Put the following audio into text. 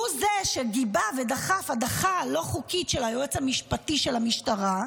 הוא זה שגיבה ודחף הדחה לא חוקית של היועץ המשפטי של המשטרה,